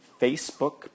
Facebook